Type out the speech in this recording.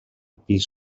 pis